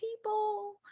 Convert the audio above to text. people